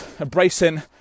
Embracing